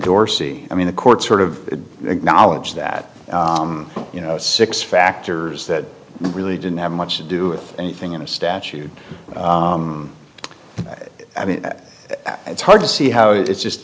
dorsey i mean the court sort of acknowledged that you know six factors that really didn't have much to do with anything in the statute i mean it's hard to see how it's just